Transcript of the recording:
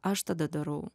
aš tada darau